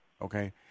okay